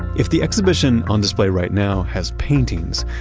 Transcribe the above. if the exhibition on display right now has paintings,